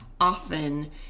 often